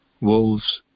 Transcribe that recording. wolves